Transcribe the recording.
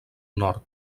nord